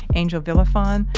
angel villafan,